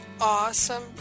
awesome